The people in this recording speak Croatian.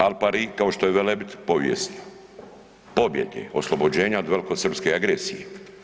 Al pari kao što je Velebit povijesni, pobjede oslobođenja od velikosrpske agresije.